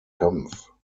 kampf